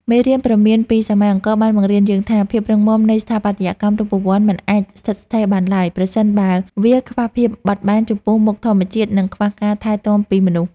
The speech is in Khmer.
មេរៀនព្រមានពីសម័យអង្គរបានបង្រៀនយើងថា ភាពរឹងមាំនៃស្ថាបត្យកម្មរូបវន្ត មិនអាចស្ថិតស្ថេរបានឡើយ ប្រសិនបើវាខ្វះភាពបត់បែនចំពោះមុខធម្មជាតិ និងខ្វះការថែទាំពីមនុស្ស។